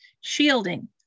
shielding